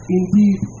indeed